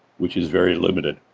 which is very limited.